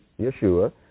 Yeshua